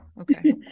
okay